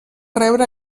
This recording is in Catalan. rebre